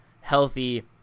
healthy